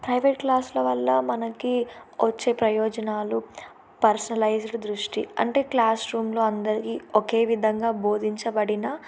private క్లాస్ల వల్ల మనకి వచ్చే ప్రయోజనాలు పర్సనలైజ్డ్ దృష్టి అంటే క్లాస్రూమ్లో అందరికీ ఒకే విధంగా బోధించబడిన